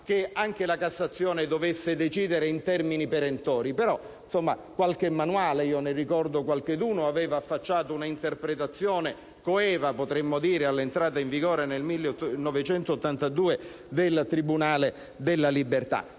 che anche la Cassazione dovesse decidere in termini perentori, ma qualche manuale - ne ricordo qualcuno - aveva affacciato un'interpretazione coeva - potremmo dire - all'entrata in vigore, nel 1982, del Tribunale della libertà,